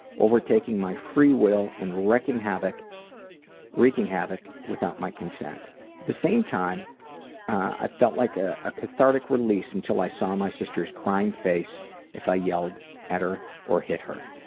overtaking my free will and wreaking havoc wreaking havoc without my consent. at the same time i felt like ah a cathartic release until i saw my sister's crying face if i yelled at her or hit her.